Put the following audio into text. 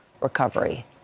recovery